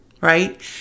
Right